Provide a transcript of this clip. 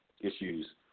issues